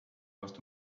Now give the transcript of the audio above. vastu